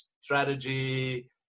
strategy